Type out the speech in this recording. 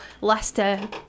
Leicester